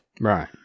Right